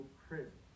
crisp